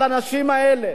על האנשים האלה.